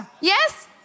Yes